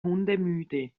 hundemüde